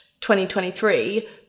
2023